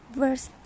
verse